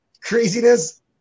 craziness